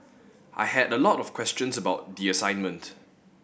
I had a lot of questions about the assignment